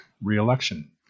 re-election